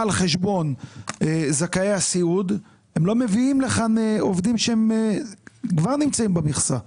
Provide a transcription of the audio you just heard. לא מביאים לכאן עובדים שכבר נמצאים במכסה.